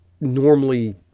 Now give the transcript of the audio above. normally